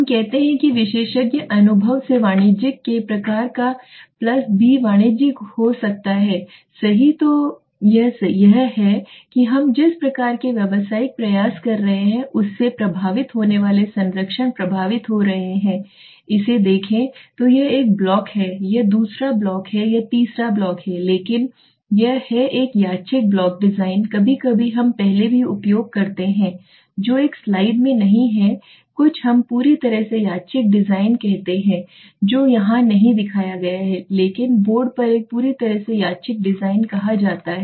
हम कहते हैं कि विशेषज्ञ अनुभव से वाणिज्यिक के प्रकार का प्लस बी वाणिज्यिक हो सकता है सही तो यह है कि हम जिस प्रकार के व्यवसायिक प्रयास कर रहे हैं उससे प्रभावित होने वाले संरक्षण प्रभावित हो रहे हैं इसे देखें तो यह एक ब्लॉक है यह दूसरा ब्लॉक है यह तीसरा ब्लॉक है लेकिन यह है एक यादृच्छिक ब्लॉक डिजाइन कभी कभी हम पहले भी उपयोग करते हैं जो इस स्लाइड में नहीं है कुछ हम पूरी तरह से यादृच्छिक डिजाइन कहते हैं जो यहां नहीं दिखाया गया है लेकिन बोर्ड पर एक पूरी तरह से यादृच्छिक डिजाइन कहा जाता है